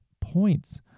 points